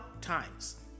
times